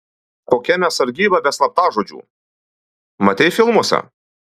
kokia mes sargyba be slaptažodžių matei filmuose